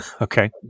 Okay